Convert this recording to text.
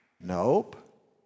Nope